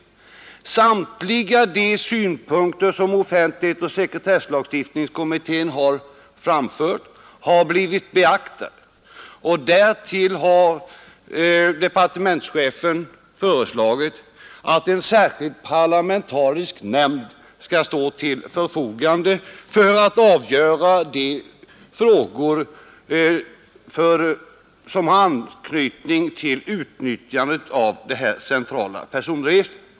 Samtliga de synpunkter som offentlighetsoch sekretesslagstiftningskommittén har framfört har blivit beaktade. Därtill har departementschefen föreslagit att en särskild parlamentarisk nämnd skall stå till förfogande för att avgöra de frågor som har anknytning till utnyttjandet av detta centrala personregister.